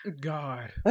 God